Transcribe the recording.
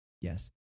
yes